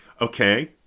okay